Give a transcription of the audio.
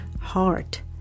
heart